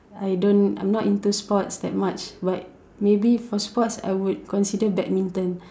I don't I'm not into sports that much but maybe for sports I would consider badminton